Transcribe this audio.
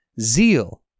zeal